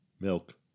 milk